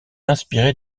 inspiré